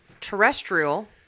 terrestrial